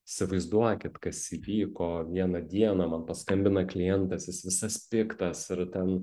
įsivaizduokit kas įvyko vieną dieną man paskambina klientas jis visas piktas ir ten